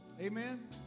Amen